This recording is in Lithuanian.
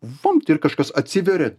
vumbt ir kažkas atsiveria